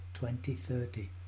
2030